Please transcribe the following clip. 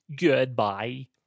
goodbye